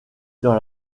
dans